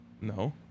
No